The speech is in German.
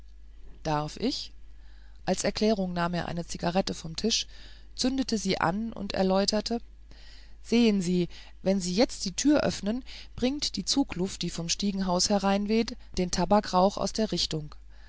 darf ich als erklärung nahm er sich eine zigarette vom tisch zündete sie an und erläuterte sehen sie wenn sie jetzt die tür öffnen bringt die zugluft die vom stiegenhaus hereinweht den tabakrauch aus der richtung